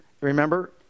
Remember